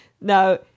Now